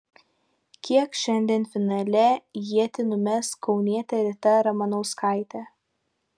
kiek šiandien finale ietį numes kaunietė rita ramanauskaitė